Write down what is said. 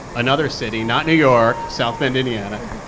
another city, not new york south bend, ind. yeah and